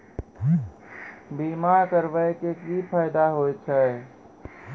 बीमा करबै के की फायदा होय छै?